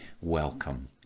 welcome